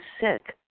sick